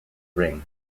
ring